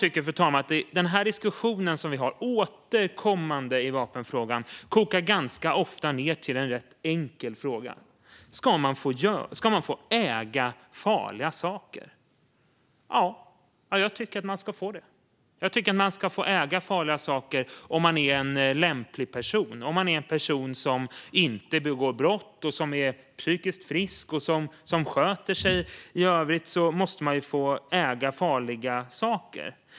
Den här återkommande diskussionen i vapenfrågan kokar ganska ofta ned till en enkel fråga: Ska man få äga farliga saker? Ja, det tycker jag att man ska få göra. Man ska få äga farliga saker om man är en lämplig person. Om man är en person som inte begår brott, om man är psykiskt frisk och om man sköter sig i övrigt måste man få äga farliga saker.